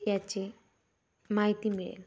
याची माहिती मिळेल